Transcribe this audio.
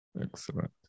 Excellent